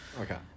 Okay